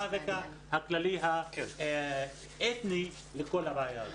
מה הרקע הכללי האתני לכל הבעיה הזו.